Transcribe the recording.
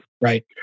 right